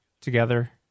together